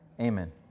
Amen